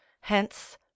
hence